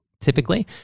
typically